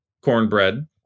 cornbread